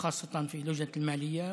בעיקר בוועדת הכספים,